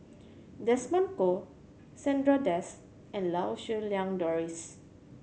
Desmond Kon Chandra Das and Lau Siew Lang Doris